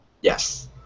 Yes